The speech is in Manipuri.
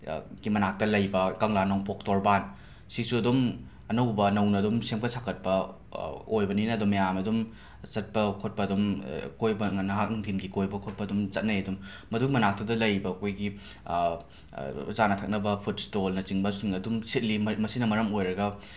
ꯀꯤ ꯃꯅꯥꯛꯇ ꯂꯩꯕ ꯀꯪꯂꯥ ꯅꯣꯡꯄꯣꯛ ꯇꯣꯔꯕꯥꯟ ꯁꯤꯁꯨ ꯑꯗꯨꯝ ꯑꯅꯧꯕ ꯅꯧꯅ ꯑꯗꯨꯝ ꯁꯦꯝꯒꯠ ꯁꯥꯀꯠꯄ ꯑꯣꯏꯕꯅꯤꯅ ꯑꯗꯨꯝ ꯃꯌꯥꯝꯅ ꯑꯗꯨꯝ ꯆꯠꯄ ꯈꯣꯠꯄ ꯑꯗꯨꯝ ꯀꯣꯏꯕ ꯅꯍꯥꯛ ꯅꯨꯡꯗꯤꯟꯒꯤ ꯀꯣꯏꯕ ꯈꯣꯠꯄ ꯑꯗꯨꯝ ꯆꯠꯅꯩ ꯑꯗꯨꯝ ꯃꯗꯨ ꯃꯅꯥꯛꯇꯨꯗ ꯂꯩꯔꯤꯕ ꯑꯩꯈꯣꯏꯒꯤ ꯆꯥꯅ ꯊꯛꯅꯕ ꯐꯨꯠ ꯁ꯭ꯇꯣꯜꯅꯆꯤꯡꯕꯁꯤꯡ ꯑꯗꯨꯝ ꯁꯤꯠꯂꯤ ꯃꯁꯤꯅ ꯃꯔꯝ ꯑꯣꯏꯔꯒ